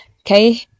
okay